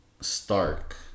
Stark